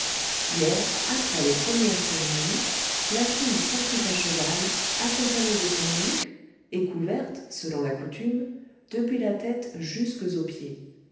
hier après les premières cérémonies la fille sortit à cheval accompagnée de son eunuque et couverte selon la coutume depuis la tête jusques aux pieds